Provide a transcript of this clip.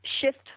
shift